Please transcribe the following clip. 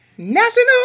National